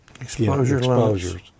exposures